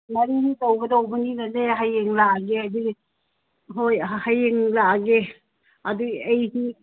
ꯃꯔꯤꯅꯤ ꯇꯧꯒꯗꯧꯕꯅꯤꯅꯅꯦ ꯍꯌꯦꯡ ꯂꯥꯛꯑꯒꯦ ꯑꯗꯨꯗꯤ ꯍꯣꯏ ꯍꯌꯦꯡ ꯂꯥꯛꯑꯒꯦ ꯑꯗꯨ ꯑꯩꯒꯤ